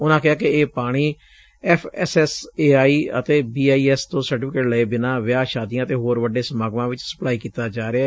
ਉਨੂਾਂ ਕਿਹਾ ਕਿ ਇਹ ਪਾਣੀ F S S A I ਅਤੇ ਬੀ ਆਈ ਐਸ ਤੋਂ ਸਰਟੀਫੀਕੇਟ ਲਏ ਬਿਨਾਂ ਵਿਆਹ ਸ਼ਾਦੀਆਂ ਅਤੇ ਹੋਰ ਵੱਡੇ ਸਮਾਗਮਾਂ ਵਿਚ ਸਪਲਾਈ ਕੀਤਾ ਜਾ ਰਿਹੈ